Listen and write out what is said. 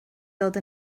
dod